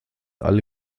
alle